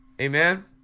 Amen